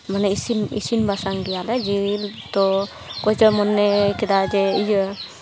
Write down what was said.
ᱢᱟᱱᱮ ᱤᱥᱤᱱ ᱤᱥᱤᱱ ᱵᱟᱥᱟᱝ ᱜᱮᱭᱟ ᱞᱮ ᱡᱤᱞ ᱛᱚ ᱚᱠᱚᱭ ᱪᱚᱭ ᱢᱚᱱᱮ ᱠᱮᱫᱟ ᱤᱭᱟᱹ